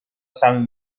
san